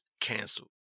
canceled